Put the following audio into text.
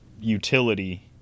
utility